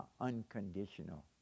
unconditional